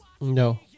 no